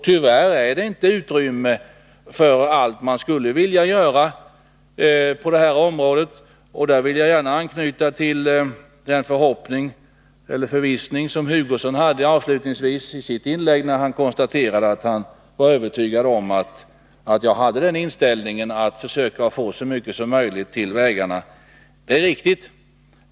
Tyvärr finns det inte utrymme för allt man skulle vilja göra på det här området, och där vill jag gärna anknyta till den förvissning som Kurt Hugosson gav uttryck åt avslutningsvis i sitt inlägg, när han sade att han var övertygad om att jag hade den inställningen att man skulle försöka få så mycket som möjligt till vägarna. Det är riktigt.